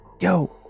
Yo